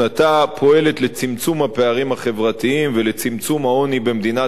פועלת לצמצום הפערים החברתיים ולצמצום העוני במדינת ישראל.